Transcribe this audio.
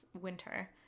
winter